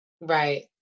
Right